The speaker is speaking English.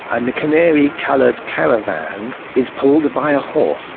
and the canary-coloured caravan is pulled by a horse,